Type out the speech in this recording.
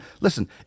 listen